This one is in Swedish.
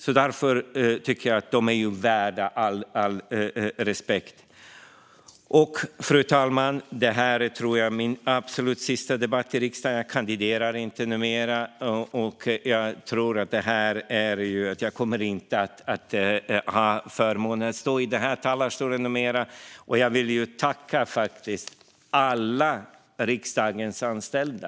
De som arbetar på RIK är värda all respekt. Fru talman! Det här är troligen min absolut sista debatt i riksdagen. Jag kandiderar inte numera. Jag tror att jag inte kommer att ha förmånen att stå i den här talarstolen något mer. Jag vill tacka alla riksdagens anställda.